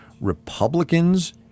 Republicans